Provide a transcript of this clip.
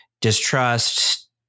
distrust